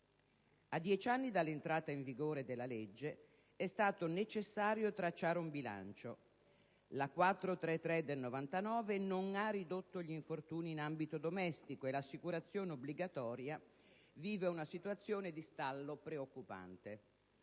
A dieci anni dall'entrata in vigore della legge è stato necessario tracciare un bilancio: la legge n. 433 del 1999 non ha ridotto gli infortuni in ambito domestico e l'assicurazione obbligatoria vive una situazione di stallo preoccupante.